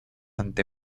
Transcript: ante